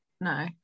no